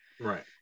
Right